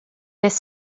beth